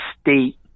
state